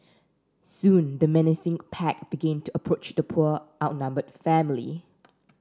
soon the menacing pack began to approach the poor outnumbered family